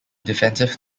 defensive